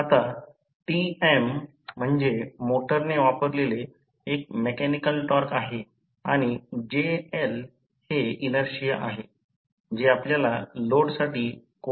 तर 'अडचणी' वर नजर टाकल्यास एकल फेस स्टेप डाउन रोहित्रा च्या समस्येवर नजर टाकल्यास ही दिलेली प्राथमिक वाइंडिंग प्रतिकार आणि प्रतिक्रिया दिली आहे